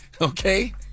Okay